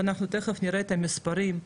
ותיכף נראה את המספרים,